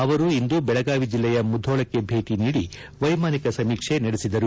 ಅವರು ಇಂದು ಬೆಳಗಾವಿ ಜಿಲ್ಲೆಯ ಮುಧೋಳಕ್ಕೆ ಭೇಟಿ ನೀಡಿ ವ್ಯೆಮಾನಿಕ ಸಮೀಕ್ಷೆ ನಡೆಸಿದರು